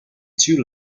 two